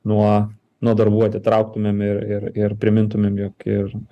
nuo nuo darbų atitrauktumėm ir ir ir primintumėm jog ir